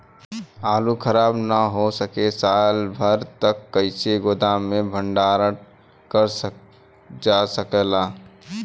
आलू खराब न हो सके साल भर तक कइसे गोदाम मे भण्डारण कर जा सकेला?